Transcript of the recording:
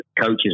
coaches